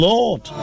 Lord